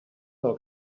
del